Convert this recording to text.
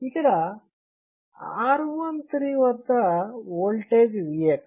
ఇక్కడ R13 వద్ద voltage Vx